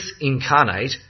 incarnate